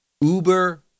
Uber